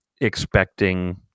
expecting